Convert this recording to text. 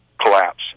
collapse